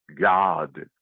God